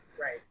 Right